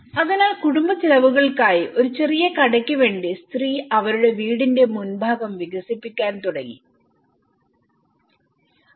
അതിനാൽ കുടുംബ ചെലവുകൾക്കായി ഒരു ചെറിയ കടയ്ക്ക് വേണ്ടി സ്ത്രീ അവരുടെ വീടിന്റെ മുൻഭാഗം വികസിപ്പിക്കാൻ തുടങ്ങിയിരിക്കുന്നു